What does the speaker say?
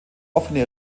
offene